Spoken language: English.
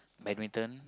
badminton